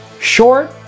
Short